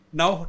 now